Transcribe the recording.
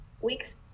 weeks